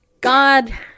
God